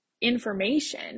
information